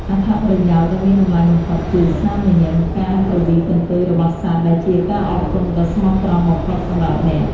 អត្ថប្រយោជន៍ដ៏មានតម្លៃបំផុតគឺ ស្នាមញញឹម និង ការគ្រវីកន្ទុយរបស់សត្វដែលជាការអរគុណដ៏ស្មោះត្រង់បំផុតសម្រាប់អ្នក។